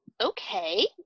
okay